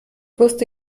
wusste